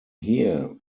here